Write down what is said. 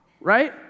right